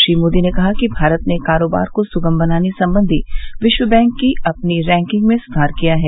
श्री मोदी ने कहा कि भारत ने कारोबार को सुगम बनाने संबंधी विश्व बैंक की अपनी रैंकिंग में सुधार किया है